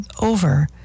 over